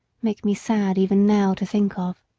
make me sad even now to think of.